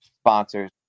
sponsors